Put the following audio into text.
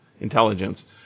intelligence